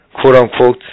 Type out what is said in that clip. quote-unquote